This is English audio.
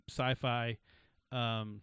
sci-fi